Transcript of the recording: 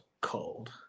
cold